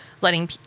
letting